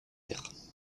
aires